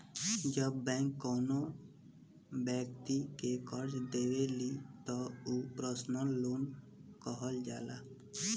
जब बैंक कौनो बैक्ति के करजा देवेली त उ पर्सनल लोन कहल जाला